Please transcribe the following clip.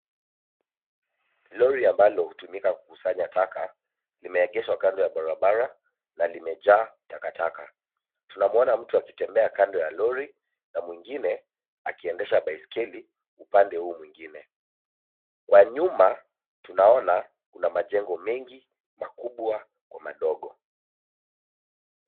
Lori ambalo hutumika kukusanya taka limeegeshwa kando ya barabara na limejaa takataka. Tunamwona mtu akitembea kando ya lori na mwingine akiendesha baiskeli upande huu mwingine. Kwa nyuma tunaona kuna kuna majengo mengi makubwa kwa madogo.